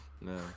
no